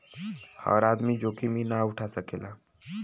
हर आदमी जोखिम ई ना उठा सकेला